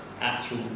actual